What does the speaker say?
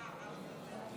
49 בעד,